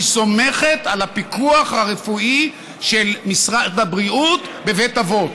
סומכת על הפיקוח הרפואי של משרד הבריאות בבית אבות.